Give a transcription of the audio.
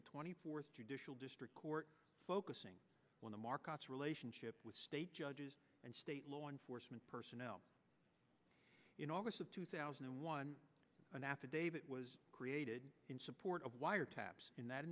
the twenty fourth traditional district court focusing on the markets relationship with state judges and state law enforcement personnel in august of two thousand and one an affidavit was created in support of wiretaps in that